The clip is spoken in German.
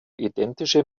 identische